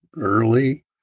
early